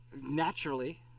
Naturally